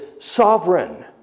sovereign